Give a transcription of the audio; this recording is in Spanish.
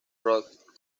roth